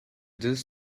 this